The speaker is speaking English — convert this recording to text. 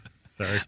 Sorry